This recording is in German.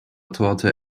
torte